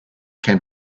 can